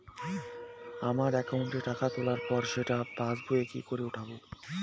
আমার একাউন্টে টাকা ঢোকার পর সেটা পাসবইয়ে কি করে উঠবে?